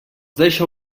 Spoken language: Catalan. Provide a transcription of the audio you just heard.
deixar